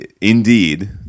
Indeed